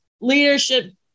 leadership